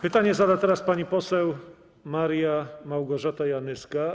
Pytanie zada teraz pani poseł Maria Małgorzata Janyska.